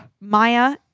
Maya